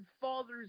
father's